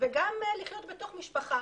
וגם לחיות בתוך משפחה.